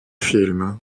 film